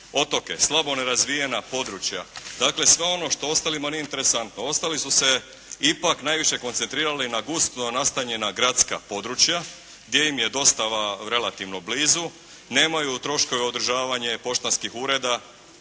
otoke, slabo nerazvijena područja, dakle sve ono što ostalima nije interesantno. Ostali su se ipak najviše koncentrirali na gusto nastanjena gradska područja gdje im je dostava relativno blizu, nemaju troškove održavanja poštanskih ureda